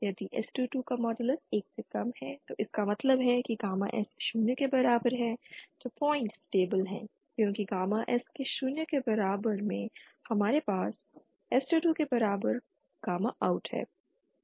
यदि s22 का modulus 1 से कम है तो इसका मतलब है कि गामा S शून्य के बराबर है तो पॉइंट स्टेबिल है क्योंकि गामा S के शून्य के बराबर में हमारे पास s22 के बराबर गामा OUT है